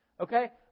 Okay